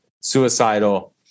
suicidal